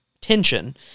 tension